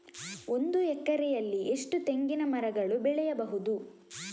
ಒಂದು ಎಕರೆಯಲ್ಲಿ ಎಷ್ಟು ತೆಂಗಿನಮರಗಳು ಬೆಳೆಯಬಹುದು?